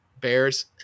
Bears